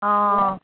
অঁ